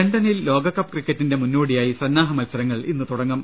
ലണ്ടനിൽ ലോകകപ്പ് ക്രിക്കറ്റിന്റെ മുന്നോടിയായി സന്നാഹ മത്സര ങ്ങൾ ഇന്ന് തുടങ്ങും